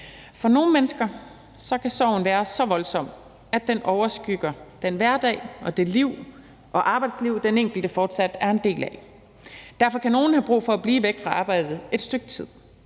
For nogle mennesker kan sorgen være så voldsom, at den overskygger den hverdag og det liv og det arbejdsliv, den enkelte fortsat er en del af. Derfor kan nogle have brug for at blive væk fra arbejdet et stykke tid.